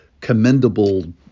commendable